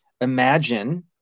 imagine